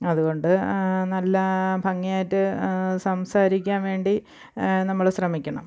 അതുകൊണ്ട് നല്ല ഭംഗിയായിട്ട് സംസാരിക്കാൻ വേണ്ടി നമ്മൾ ശ്രമിക്കണം